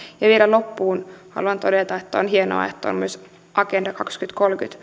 vielä loppuun haluan todeta että on hienoa että on myös agenda kaksituhattakolmekymmentä